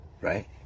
right